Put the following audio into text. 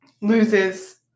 loses